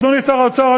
אדוני שר האוצר,